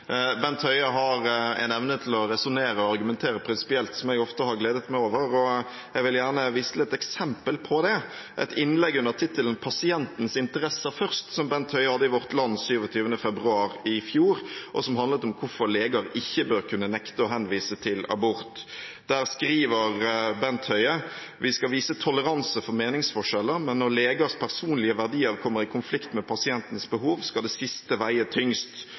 ofte har gledet meg over, og jeg vil gjerne vise til et eksempel på det: et innlegg under tittelen «Pasienters interesser først», som Bent Høie hadde i Vårt Land 27. februar i fjor, og som handlet om hvorfor leger ikke bør kunne nekte å henvise til abort. Der skriver Bent Høie: «Vi skal vise toleranse for meningsforskjeller, men når legers personlige verdier kommer i konflikt med pasientens behov skal det siste veie tyngst.»